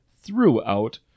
throughout